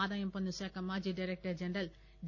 ఆదాయం పన్ను శాఖ మాజీ డైరెక్టర్ జనరల్ డి